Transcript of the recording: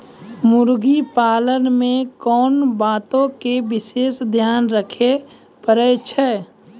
मुर्गी पालन मे कोंन बातो के विशेष ध्यान रखे पड़ै छै?